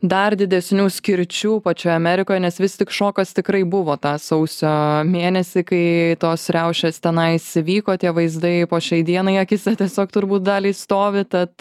dar didesnių skirčių pačioj amerikoj nes vis tik šokas tikrai buvo tą sausio mėnesį kai tos riaušės tenais vyko tie vaizdai po šiai dienai akyse tiesiog turbūt daliai stovi tad